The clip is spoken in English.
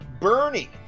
Bernie